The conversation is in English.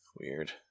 Weird